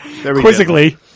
quizzically